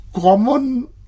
Common